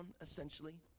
essentially